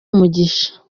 umugisha